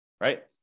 right